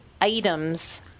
items